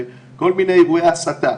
בכל מיני אירועי הסתה.